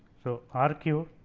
so, r q